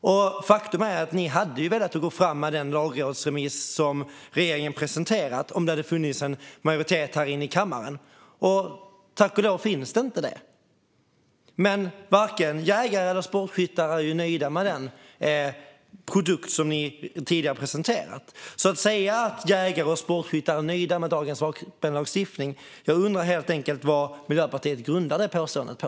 Faktum är att ni hade velat gå fram med den lagrådsremiss som regeringen presenterat om det hade funnits en majoritet för det här i kammaren. Tack och lov finns det inte det. Varken jägare eller sportskyttar är nöjda med den produkt som ni tidigare presenterat. Ni säger att jägare och sportskyttar är nöjda med dagens vapenlagstiftning. Jag undrar helt enkelt: Vad grundar Miljöpartiet detta påstående på?